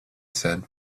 said